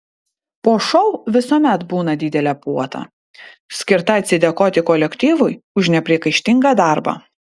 po šou visuomet būna didelė puota skirta atsidėkoti kolektyvui už nepriekaištingą darbą